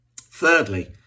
Thirdly